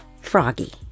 froggy